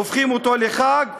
והופכים אותו לחג,